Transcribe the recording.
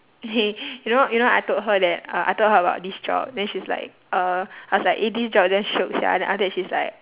okay you know you know I told her that uh I told her about this job then she's like uh I was like this eh job damn shiok sia then after that she's like